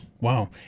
Wow